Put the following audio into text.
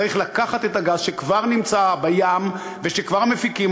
צריך לקחת את הגז שכבר נמצא בים ושכבר מפיקים